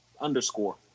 underscore